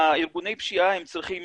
ארגוני הפשיעה צריכים